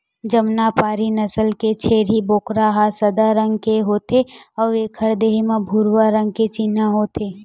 जमुनापारी नसल के छेरी बोकरा ह सादा रंग के होथे अउ एखर देहे म भूरवा रंग के चिन्हा होथे